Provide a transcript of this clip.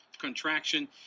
contraction